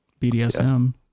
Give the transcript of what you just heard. BDSM